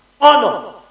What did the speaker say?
Honor